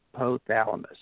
hypothalamus